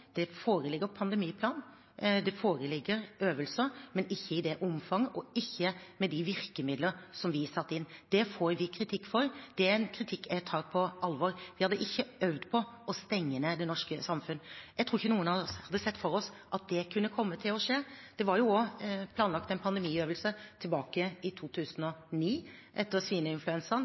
Det foreligger en pandemiplan. Det foreligger øvelser, men ikke i det omfang og ikke med de virkemidler som vi satte inn. Det får vi kritikk for. Det er en kritikk jeg tar på alvor. Vi hadde ikke øvd på å stenge ned det norske samfunn. Jeg tror ikke noen av oss hadde sett for seg at det kunne komme til å skje. Det var også planlagt en pandemiøvelse i 2009, etter